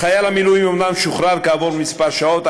חייל מילואים ישראלי בנמל התעופה בבירה הבריטית